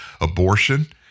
Abortion